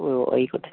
ഓ ആയിക്കോട്ടെ